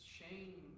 shame